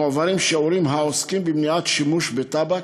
מועברים שיעורים העוסקים במניעת שימוש בטבק,